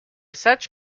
such